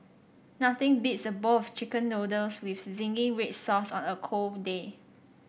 nothing beats a bowl of chicken noodles with zingy red sauce on a cold day